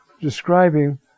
describing